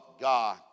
God